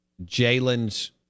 Jalen's